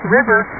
River